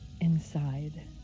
inside